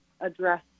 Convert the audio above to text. address